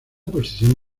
posición